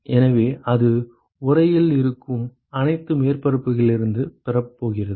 எனவே அது உறையில் இருக்கும் அனைத்து மேற்பரப்புகளிலிருந்தும் பெறப் போகிறது